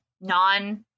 non-